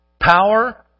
Power